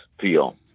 feel